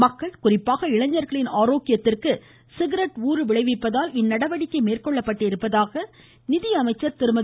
மக்கள் குறிப்பாக இளைஞர்களின் ஆரோக்கியத்திற்கு சிகரெட் ஊறுவிளைவிப்பதால் இந்நடவடிக்கை மேற்கொள்ளப்பட்டதாக மத்திய நிதியமைச்சர் திருமதி